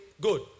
good